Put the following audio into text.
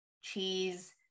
cheese